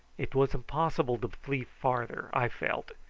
it was impossible to flee farther, i felt,